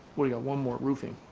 we got one more roofing.